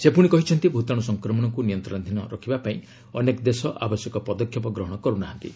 ସେ ପୁଣି କହିଛନ୍ତି ଭୂତାଣୁ ସଂକ୍ରମଣକୁ ନିୟନ୍ତ୍ରଣାଧୀନ ରଖିବାପାଇଁ ଅନେକ ଦେଶ ଆବଶ୍ୟକ ପଦକ୍ଷେପ ଗ୍ରହଣ କରୁ ନାହାନ୍ତି